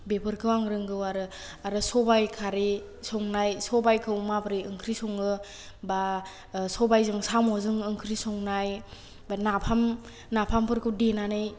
बेफोरखौ आं रोंगौ आरो आरो सबाइ खारै संनाय सबाइखौ माब्रै ओंख्रि सङो बा सबाइजों साम'जों ओंख्रि संनाय बा नाफाम नाफामफोरखौ देनानै